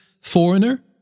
foreigner